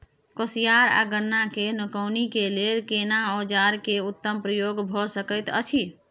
कोसयार आ गन्ना के निकौनी के लेल केना औजार के उत्तम प्रयोग भ सकेत अछि?